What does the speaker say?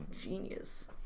genius